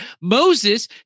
Moses